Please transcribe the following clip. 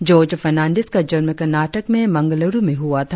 George Fernandes का जन्म कर्नाटक में मंगलूरु में हुआ था